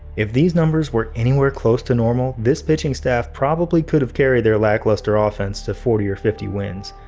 if these numbers were anywhere close to normal, this pitching staff probably could have carried their lackluster ah offense to forty or fifty wins.